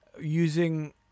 using